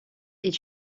est